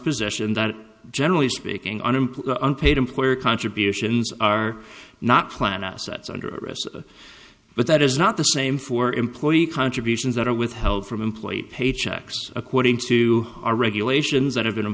position that generally speaking unemployed unpaid employer contributions are not planted assets under risk but that is not the same for employee contributions that are withheld from employee paycheck according to our regulations that have been in